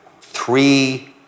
three